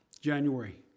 January